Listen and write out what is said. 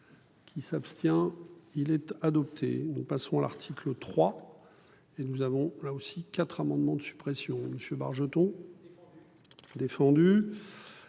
Il s'abstient-il être adopté. Nous passons à l'article 3. Et nous avons là aussi quatre amendements de suppression monsieur Bargeton. Défendu.